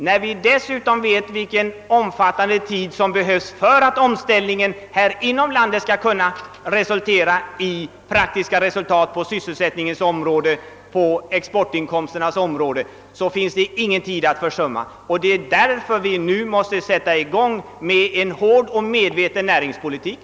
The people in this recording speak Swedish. Vi vet dessutom vilken tid som behövs för att omställningen inom landet skall ge praktiska resultat när det gäller sysselsättningen och exportinkomsterna. Det finns ingen tid att försumma. Därför måste vi nu sätta i gång med en hård och medveten näringspolitik.